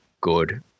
good